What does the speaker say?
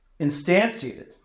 instantiated